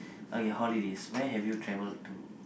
okay holidays where have you traveled to